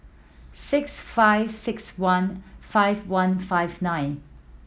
six five six one five one five nine